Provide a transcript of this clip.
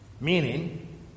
Meaning